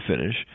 finish